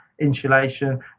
insulation